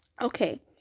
Okay